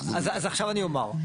אז עכשיו אני אומר,